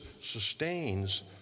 sustains